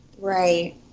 right